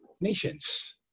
nations